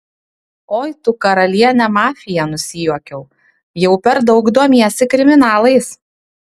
oi tu karaliene mafija nusijuokiau jau per daug domiesi kriminalais